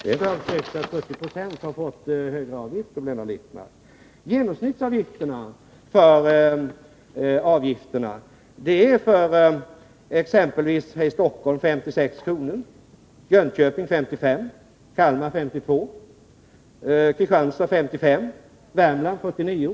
Fru talman! Det är inte säkert att 70 20 fått högre avgifter. Genomsnittsavgifterna är exempelvis här i Stockholm 56 kr., i Jönköping 55 kr., i Kalmar 52 kr., i Kristianstad 55 kr., i Värmland 49 kr.